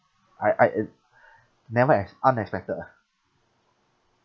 I I n~ never ex~ unexpected lah